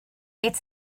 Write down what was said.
its